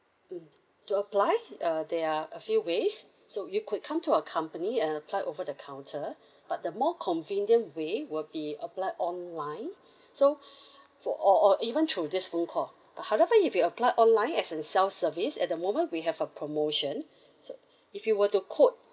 mm to apply uh there are a few ways so you could come to our company uh and apply over the counter but the more convenient way will be apply online so for or or even through this phone call uh however if you apply online as in self service at the moment we have a promotion so if you were to code